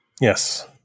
Yes